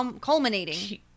Culminating